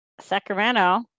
Sacramento